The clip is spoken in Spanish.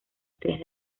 tres